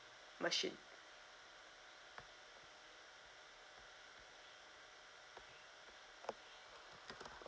machine